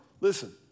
Listen